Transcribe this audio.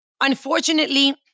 Unfortunately